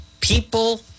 People